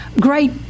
great